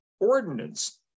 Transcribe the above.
Ordinance